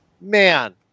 man